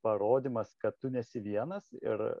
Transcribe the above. parodymas kad tu nesi vienas ir